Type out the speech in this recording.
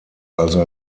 also